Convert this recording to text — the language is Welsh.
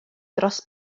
dros